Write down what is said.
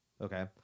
Okay